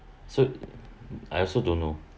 so I also don't know